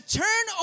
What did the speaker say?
turn